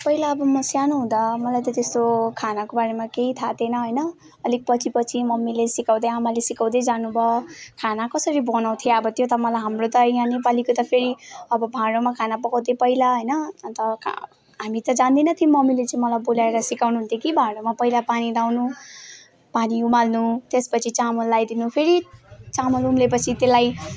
पहिला अब म सानो हुँदा मलाई त त्यस्तो खानाको बारेमा केही थाहा थिएन होइन अलिक पछि पछि मम्मीले सिकाउँदै आमाले सिकाउँदै जानुभयो खाना कसरी बनाउँथेँ अब त्यो त मलाई हाम्रो त यहाँ नेपालीको त्यही अब भाँडोमा खाना पकाउँथेँ पहिला होइन अन्त हामी त जान्दैन थियौँ मम्मीले चाहिँ मलाई बोलाएर सिकाउनु हुन्थ्यो कि भाँडामा पहिला पानी लगाउनु पानी उमाल्नु त्यसपछि चामल लगाइदिनु फेरि चामल उम्लेपछि त्यसलाई